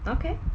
okay